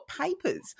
papers